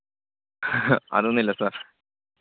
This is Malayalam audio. അതൊന്നുമില്ല സാർ